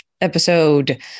episode